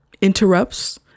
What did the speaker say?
interrupts